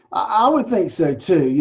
ah would think so too, you